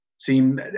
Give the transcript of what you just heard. seem